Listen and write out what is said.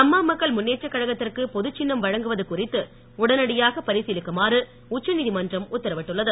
அம்மா மக்கள் முன்னேற்றக் கழகத்திற்கு பொதுச்சின்னம் வழங்குவது குறித்து உடனடியாக பரிசீலிக்குமாறு உச்சநீதிமன்றம் உத்தரவிட்டுள்ளது